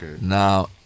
Now